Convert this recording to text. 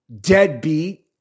deadbeat